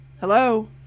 hello